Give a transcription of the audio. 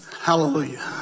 Hallelujah